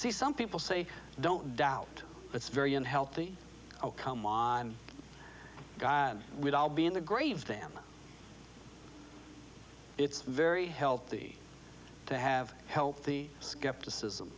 see some people say don't doubt it's very unhealthy come on guys we'd all be in the grave damn it's very healthy to have healthy skepticism